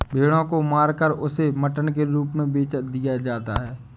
भेड़ों को मारकर उसे मटन के रूप में बेच दिया जाता है